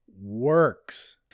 works